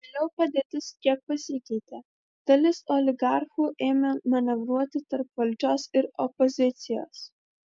vėliau padėtis kiek pasikeitė dalis oligarchų ėmė manevruoti tarp valdžios ir opozicijos